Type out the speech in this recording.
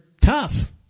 tough